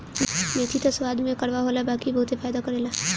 मेथी त स्वाद में कड़वा होला बाकी इ बहुते फायदा करेला